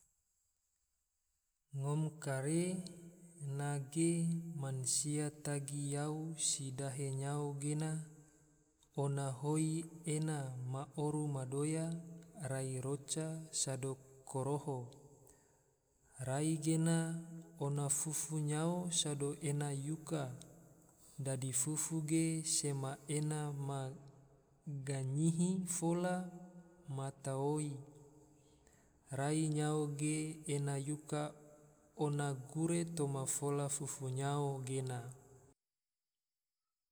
Ngom kare, nage mansia tagi yau si dahe nyao gena, ona hoi ena ma oru ma doya, rai roca sado karoho, rai gena ona fufu nyao sado ena yuka, dadi fufu ge sema ena ma gunyihi fola matamoi, rai nyao ge ena yuka, oan gure toma fola fufu nyao gena